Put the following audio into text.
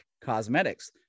Cosmetics